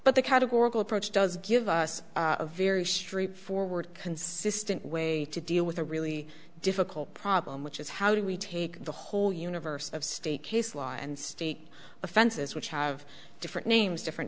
but the categorical approach does give us a very straightforward consistent way to deal with a really difficult problem which is how do we take the whole universe of state case law and state offenses which have different names different